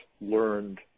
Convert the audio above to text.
learned